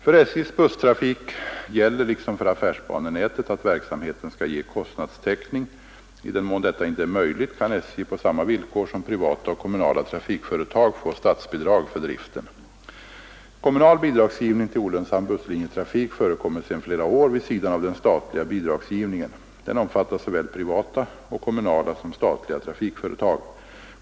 För SJ:s busstrafik gäller, liksom för affärsbanenätet, att verksamheten skall ge kostnadstäckning. I den mån detta inte är möjligt kan SJ på samma villkor som privata och kommunala trafikföretag få statsbidrag för driften. Kommunal bidragsgivning till olönsam busslinjetrafik förekommer sedan flera år vid sidan av den statliga bidragsgivningen. Den omfattar såväl privata och kommunala som statliga trafikföretag.